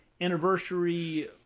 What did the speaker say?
anniversary